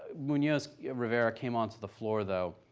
munoz rivera came onto the floor though,